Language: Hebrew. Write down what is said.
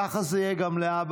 ככה זה יהיה גם להבא,